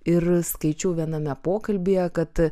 ir skaičiau viename pokalbyje kad